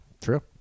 True